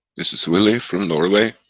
this is willy from norway,